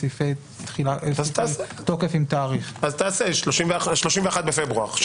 אז תעשה 28 בפברואר.